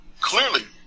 clearly